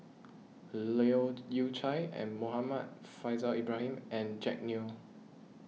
Leu Yew Chye Muhammad Faishal Ibrahim and Jack Neo